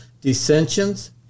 dissensions